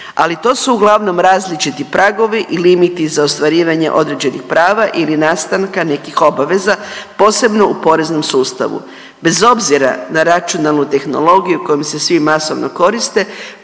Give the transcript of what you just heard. Ali to su uglavnom različiti pragovi i limiti za ostvarivanje određenih prava ili nastanka nekih obaveza posebno u poreznom sustavu. Bez obzira na računalnu tehnologiju kojom se svi masovno koriste